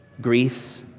griefs